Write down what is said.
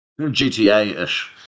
GTA-ish